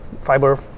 fiber